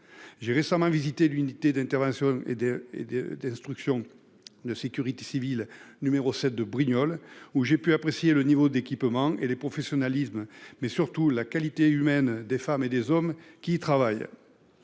J'ai récemment visité l'unité d'instruction et d'intervention de sécurité civile n° 7 de Brignoles, dont j'ai pu apprécier le niveau d'équipements, le professionnalisme, ainsi que les qualités humaines des femmes et des hommes qui y travaillent.